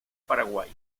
paraguay